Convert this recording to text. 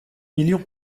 millions